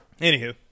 Anywho